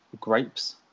grapes